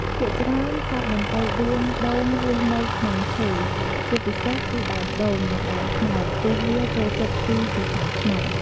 ភាគច្រើន សត្វដង្កូវដួងដូងរស់នៅក្នុងឈើ ជាពិសេសគឺ ដើមដូង និងដើមត្នោត ព្រោះវាចូលចិត្តស៊ីពីខាងក្នុង ។